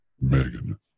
Megan